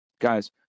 guys